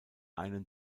einen